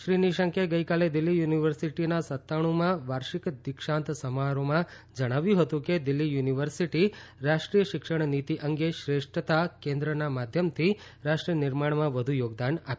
શ્રી નિશંકે ગઈકાલે દિલ્હી યુનિવર્સિટીના સત્તાણમાં વાર્ષિક દિક્ષાંત સમારોહમાં વધુમાં ઉમેર્યું કે દિલ્હી યુનિવર્સિટી રાષ્ટ્રીય શિક્ષણ નીતિ અંગે શ્રેષ્ઠતા કેન્દ્રના માધ્યમથી રાષ્ટ્ર નિર્માણમાં વધુ યોગદાન કરી શકે છે